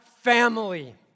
family